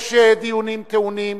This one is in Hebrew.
יש דיונים טעונים,